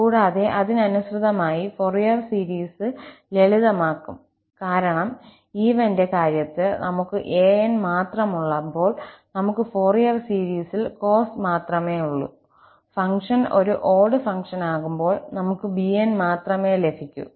കൂടാതെ അതിനനുസൃതമായി Fourier series ലളിതമാക്കും കാരണം ഈവന്റെ കാര്യത്തിൽ നമുക്ക് 𝑎ns മാത്രമുള്ളപ്പോൾ നമുക്ക് ഫൊറിയർ സീരീസിൽ Cos മാത്രമേയുള്ളൂ ഫംഗ്ഷൻ ഒരു ഓട് ഫംഗ്ഷനാകുമ്പോൾ നമുക്ക് bns മാത്രമേ ലഭിക്കൂ